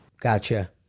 Gotcha